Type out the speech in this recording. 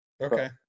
Okay